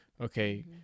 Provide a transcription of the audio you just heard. okay